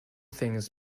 things